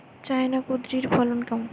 China কুঁদরীর ফলন কেমন?